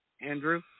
Andrew